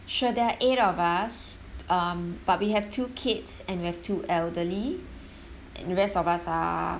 sure there are eight of us um but we have two kids and we have two elderly and rest of us are